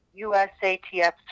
USATF